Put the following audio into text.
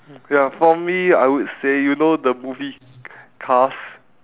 ya for me I would say you know the movie cars